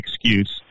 excuse